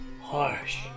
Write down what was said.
Harsh